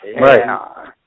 Right